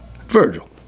Virgil